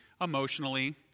emotionally